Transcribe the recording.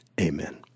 Amen